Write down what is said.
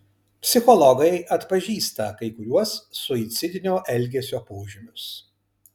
psichologai atpažįsta kai kuriuos suicidinio elgesio požymius